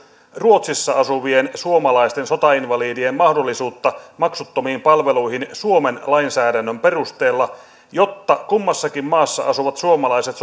ruotsissa asuvien suomalaisten sotainvalidien mahdollisuutta maksuttomiin palveluihin suomen lainsäädännön perusteella jotta kummassakin maassa asuvat suomalaiset